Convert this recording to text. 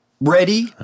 ready